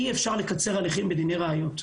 אי אפשר לקצר הליכים בדיני ראיות.